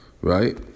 Right